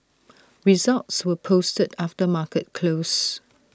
results were posted after market close